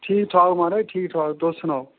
ठीक ठाक माराज ठीक ठाक तुस सनाओ